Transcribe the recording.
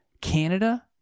Canada